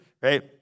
right